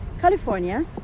California